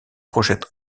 projette